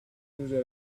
usa